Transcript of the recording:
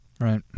right